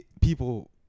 people